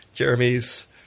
Jeremy's –